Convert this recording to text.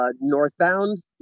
northbound